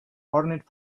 ornate